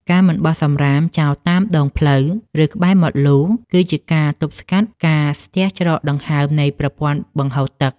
ការមិនបោះសំរាមចោលតាមដងផ្លូវ ឬក្បែរមាត់លូ គឺជាការទប់ស្កាត់ការស្ទះច្រកដង្ហើមនៃប្រព័ន្ធបង្ហូរទឹក។